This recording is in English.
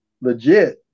legit